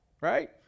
right